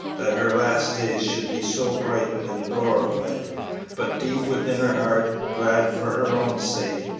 that her last days should be so brightened and glorified but deep within her heart, glad for her own sake,